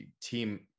team